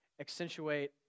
accentuate